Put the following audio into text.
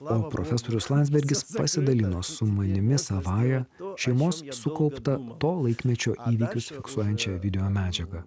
o profesorius landsbergis pasidalino su manimi savąja šeimos sukaupta to laikmečio įvykius fiksuojančia videomedžiaga